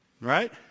Right